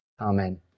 Amen